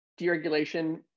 deregulation